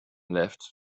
left